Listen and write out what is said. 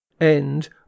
End